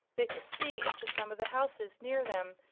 they could see into some of the houses near them,